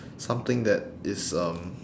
something that is um